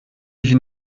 ich